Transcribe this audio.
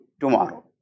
tomorrow